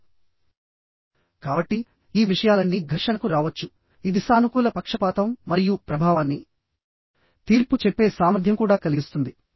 కాబట్టి ఈ విషయాలన్నీ ఘర్షణకు రావచ్చు ఇది సానుకూల పక్షపాతం మరియు ప్రభావాన్ని తీర్పు చెప్పే సామర్థ్యం కూడా కలిగిస్తుంది